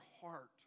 heart